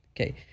Okay